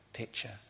picture